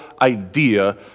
idea